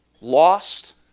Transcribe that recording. lost